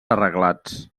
arreglats